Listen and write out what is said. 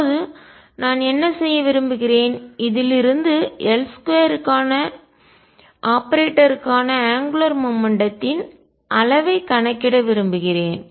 இப்போது நான் என்ன செய்ய விரும்புகிறேன் இதிலிருந்து L2 க்கான ஆபரேட்டருக்கான அங்குலார் மொமெண்ட்டத்தின் கோண உந்தத்தின் அளவைக் கணக்கிட விரும்புகிறேன்